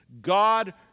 God